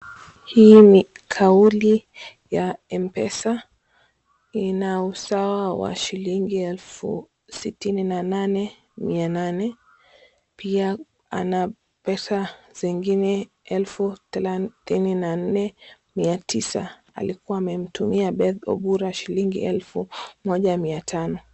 Hii ni kauli ya Mpesa, ina usawa wa shilingi elfu sitini na nane, mia nane. Pia ana pesa zingine elfu thelathini na nne mia tisa, alikuwa amemtumia Beth Obura shilingi elfu moja mia tano.